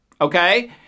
Okay